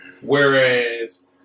Whereas